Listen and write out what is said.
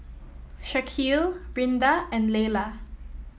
Shaquille Rinda and Leyla